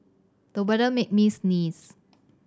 the weather made me sneeze